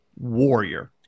warrior